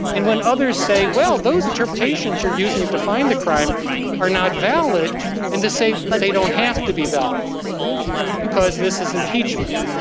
and when others say, well, those interpretations you're using it define the crime are not valid and to say they don't have to be valid because this is impeachment.